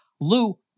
Lou